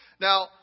Now